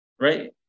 right